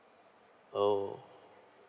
oh